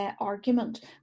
Argument